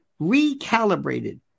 recalibrated